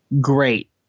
Great